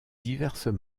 diverses